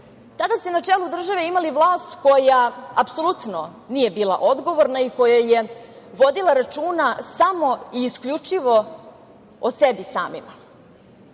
Tada ste na čelu države imali vlast koja apsolutno nije bila odgovorna i koja je vodila računa samo i isključivo o sebi samima.